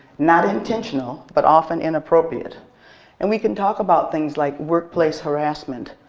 not intentional but often inappropriate and we can talk about things like workplace harassment,